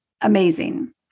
amazing